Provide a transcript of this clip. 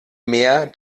mehr